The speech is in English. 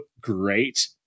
great